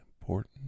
important